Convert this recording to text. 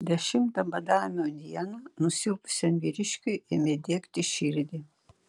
dešimtą badavimo dieną nusilpusiam vyriškiui ėmė diegti širdį